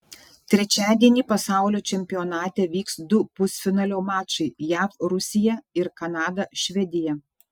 trečiadienį pasaulio čempionate vyks du pusfinalio mačai jav rusija ir kanada švedija